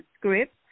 script